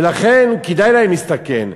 ולכן כדאי להם להסתכן,